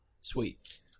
Sweet